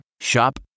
Shop